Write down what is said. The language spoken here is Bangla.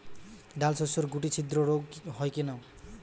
ডালশস্যর শুটি ছিদ্র রোগ হয় কেন?